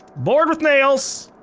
board with nails!